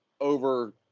over